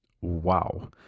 Wow